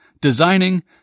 designing